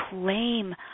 claim